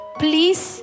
please